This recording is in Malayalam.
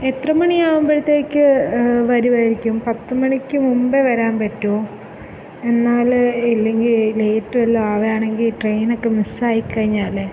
എത്ര മണി ആവുമ്പോഴത്തേക്ക് വരുമായിരിക്കും പത്ത് മണിക്ക് മുമ്പേ വരാൻ പറ്റുമോ എന്നാൽ ഇല്ലെങ്കിൽ ലേറ്റ് വല്ലതും ആവുകയാണെങ്കിൽ ട്രെയിൻ ഒക്കെ മിസ് ആയി കഴിഞ്ഞാലേ